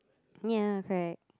ya correct